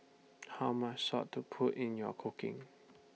how much salt to put in your cooking